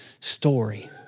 Story